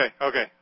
okay